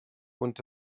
und